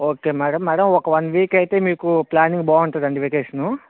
okay madam madam ఒక one week అయితే మీకు ప్ల్యానింగ్ బాగుంటుందండి వెకేషను